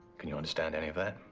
can you understand any of that?